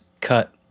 cut